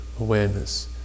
awareness